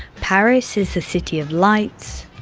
paris is the city of lights,